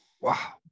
Wow